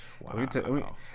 Wow